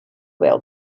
whale